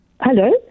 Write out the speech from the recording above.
Hello